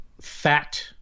fat